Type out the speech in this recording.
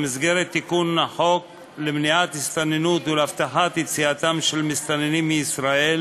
במסגרת תיקון החוק למניעת הסתננות ולהבטחת יציאתם של מסתננים מישראל